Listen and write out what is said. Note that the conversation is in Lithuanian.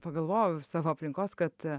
pagalvojau iš savo aplinkos kad